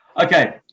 Okay